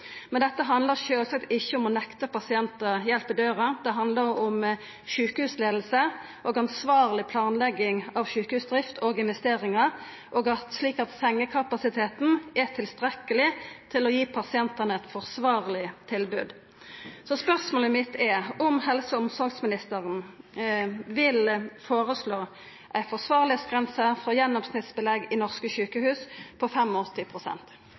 Men dette handlar sjølvsagt ikkje om å nekta pasientar hjelp i døra; det handlar om sjukehusleiing og ansvarleg planlegging av sjukehusdrift og investeringar, slik at sengekapasiteten er tilstrekkeleg til å gje pasientane eit forsvarleg tilbod. Så spørsmålet mitt er om helse- og omsorgsministeren vil føreslå ei forvarlegheitsgrense for gjennomsnittsbelegg i norske sjukehus på